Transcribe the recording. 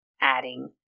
adding